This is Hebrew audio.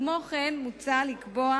כמו כן, מוצע לקבוע